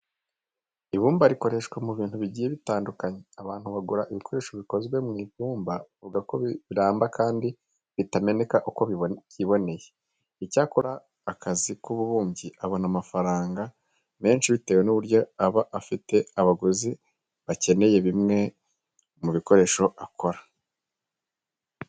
Ibumba rikoreshwa mu bintu bigiye bitandukanye. Abantu bagura ibikoresho bikozwe mu ibumba bavuga ko biramba kandi bitameneka uko byiboneye. Icyakora umuntu ukora akazi k'ububumbyi abona amafaranga menshi bitewe n'uburyo aba afite abaguzi bakeneye bimwe mu bikoresho akora.